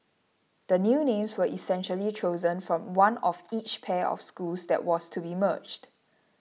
the new names were essentially chosen from one of each pair of schools that was to be merged